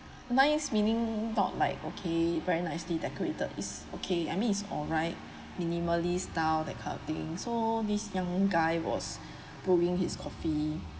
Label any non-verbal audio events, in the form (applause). nice meaning thought like okay very nicely decorated it's okay I mean it's alright minimally style that kind of thing so this young guy was (breath) proving his coffee